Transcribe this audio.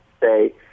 say